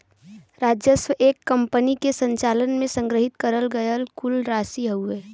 राजस्व एक कंपनी के संचालन में संग्रहित करल गयल कुल राशि हउवे